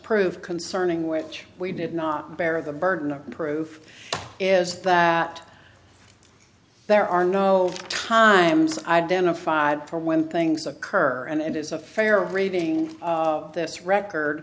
prove concerning which we did not bear the burden of proof is that there are no times identified for when things occur and it is a fair reading of this record